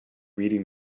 reading